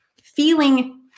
feeling